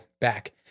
back